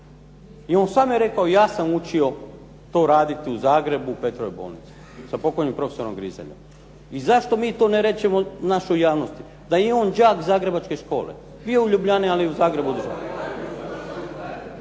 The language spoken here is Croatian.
I on sam je rekao ja sam učio to raditi u Zagrebu u Petrovoj bolnici sa pokojnim profesorom Grizeljem. I zašto mi to ne rečemo našoj javnosti, da je i on đak zagrebačke škole. Bio je u Ljubljani ali je u Zagrebu. Je svi znaju,